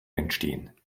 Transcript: entstehen